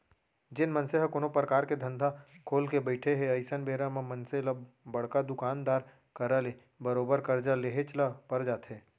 जेन मनसे ह कोनो परकार के धंधा खोलके बइठे हे अइसन बेरा म मनसे ल बड़का दुकानदार करा ले बरोबर करजा लेहेच ल पर जाथे